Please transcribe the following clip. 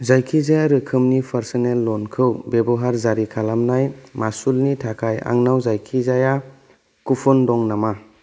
जायखिजाया रोखोमनि पार्स'नेल ल'नखौ बेबहार जारि खालामनाय मासुलनि थाखाय आंनाव जायखिजाया कुप'न दं नामा